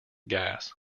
gas